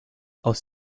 aus